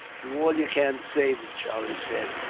do all you can to save him, charlie said.